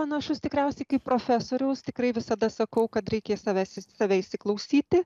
panašus tikriausiai kaip profesoriaus tikrai visada sakau kad reikia į save įsiklausyti